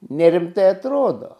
nerimtai atrodo